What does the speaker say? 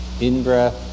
In-breath